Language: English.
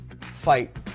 fight